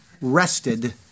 rested